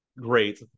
great